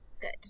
Good